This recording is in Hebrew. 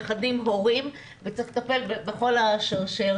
נכדים וגם הורים וצריך לטפל בכל השרשרת.